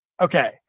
Okay